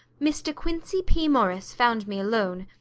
mr. quincey p. morris found me alone.